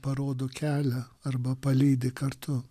parodo kelią arba palydi kartu